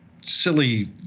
silly